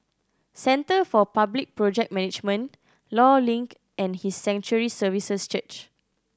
Center for Public Project Management Law Link and His Sanctuary Services Church